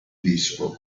disco